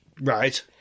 Right